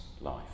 life